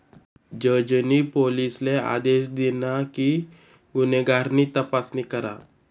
जज नी पोलिसले आदेश दिना कि गुन्हेगार नी तपासणी करा